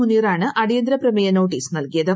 മുനീർ ആണ് അടിയന്തരപ്രമേയ നോട്ടീസ് നൽകിയത്